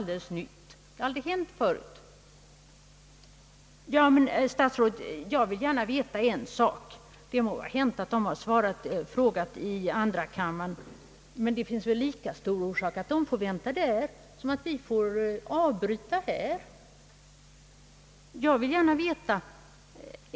Det må vara hänt att statsrådet har ett svar att ge också i andra kammaren, men det finns väl lika stor orsak att de får vänta där som att vi får avbryta här. Jag vill gärna veta en sak.